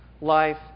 life